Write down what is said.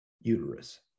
uterus